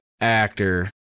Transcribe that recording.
actor